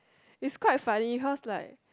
it's quite funny how it's like